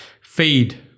Feed